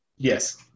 Yes